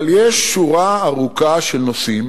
אבל יש שורה ארוכה של נושאים